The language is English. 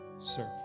serve